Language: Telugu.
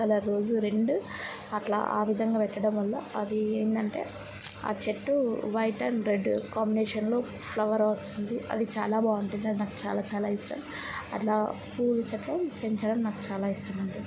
కలర్ రోజ్ రెండు అట్లా ఆ విధంగా పెట్టడం వల్ల అది ఏందంటే ఆ చెట్టు వైట్ అండ్ రెడ్ కాంబినేషన్లో ఫ్లవర్ వస్తుంది అది చాలా బాగుంటుంది అది నాకు చాలా చాలా ఇష్టం అట్లా పూలు చెట్లు పెంచడం నాకు చాలా ఇష్టం అండి